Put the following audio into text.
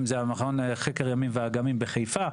אם זה המכון לחקר ימים ואגמים בחיפה,